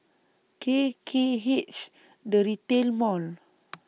K K H The Retail Mall